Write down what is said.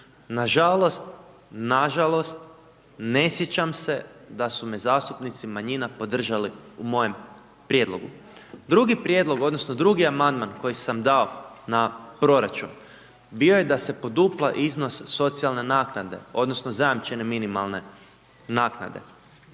Nažalost, nažalost ne sjećam se da su me zastupnici manjina podržali u mojem prijedlogu. Drugi prijedlog odnosno drugi amandman koji sam dao na proračun, bio je da se podupla iznos socijalne naknade odnosno zajamčene minimalne naknade.